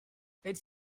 its